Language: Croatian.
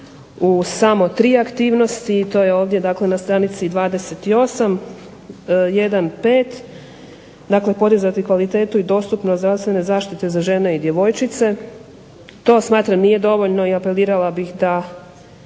u samo tri aktivnosti i to je ovdje, dakle na stranici 28. 1.5 dakle podizati kvalitetu i dostupnost zdravstvene zaštite za žene i djevojčice. To smatram nije dovoljno i apelirala bih da